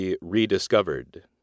Rediscovered